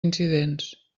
incidents